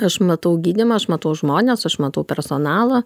aš matau gydymą aš matau žmones aš matau personalą